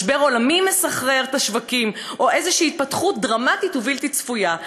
משבר עולמי מסחרר את השווקים או איזושהי התפתחות דרמטית ובלתי צפויה.